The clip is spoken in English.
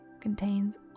contains